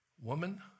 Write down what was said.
woman